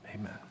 Amen